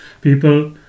people